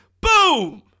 boom